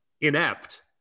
inept